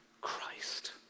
Christ